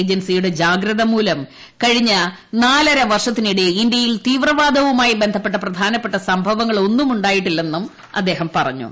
ഏജൻസിയുടെ ജാഗ്രതമൂലം കഴിഞ്ഞ നാലരവർഷത്തിനിടെ ഇന്തൃയിൽ തീവ്രവാദവുമായി ബന്ധപ്പെട്ട പ്രധാനപ്പെട്ട സംഭവങ്ങൾ ഒന്നും ഉണ്ടായിട്ടില്ലെന്നും അദ്ദേഹം പറഞ്ഞു